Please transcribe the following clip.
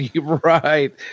Right